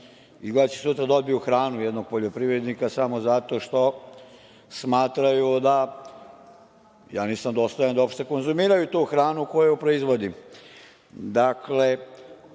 l' će sutra da odbiju hranu jednog poljoprivrednika samo zato što smatraju da nisam dostojan da uopšte konzumiraju tu hranu koju proizvodim. Dakle,